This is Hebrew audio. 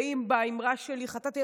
ואם באמרה שלי חטאתי,